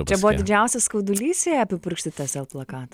čia buvo didžiausias skaudulys jai apipurkšti tiesiog tą zel plakatą